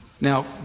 Now